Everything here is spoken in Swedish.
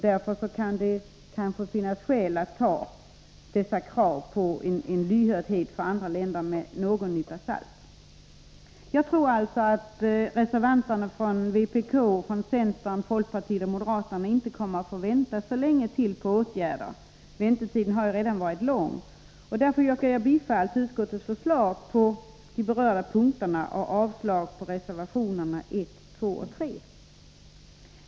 Därför kan det finnas skäl att ta dessa krav på lyhördhet för andra länder med någon nypa salt. Jag tror alltså att reservanterna från vpk, centern, folkpartiet och moderaterna inte kommer att få vänta på åtgärder så länge till. Väntetiden har ju redan varit lång. Därför yrkar jag bifall till utskottets förslag på de berörda punkterna och avslag på reservationerna 1, 2 och 3.